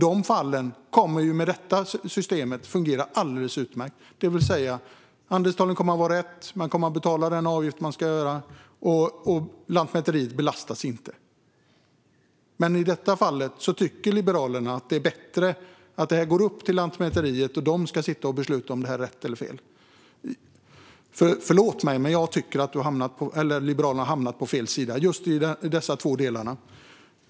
De fallen kommer med detta system att fungera alldeles utmärkt. Andelstalet kommer att vara rätt. Man kommer att betala den avgift man ska betala, och Lantmäteriet belastas inte. Men i detta fall tycker Liberalerna att det är bättre att det går till Lantmäteriet och det ska sitta och besluta om det är rätt eller fel. Förlåt mig, men jag tycker att Liberalerna har hamnat på fel sida i dessa två delar.